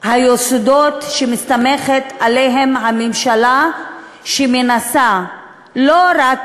היסודות שמסתמכת עליהם הממשלה שמנסה לא רק